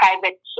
private